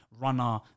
runner